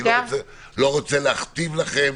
אני לא רוצה להכתיב לכם,